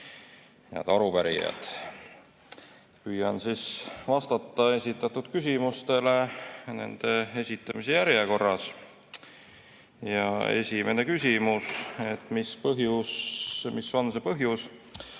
Head arupärijad! Püüan vastata esitatud küsimustele nende esitamise järjekorras. Esimene küsimus: "Mis on see põhjus,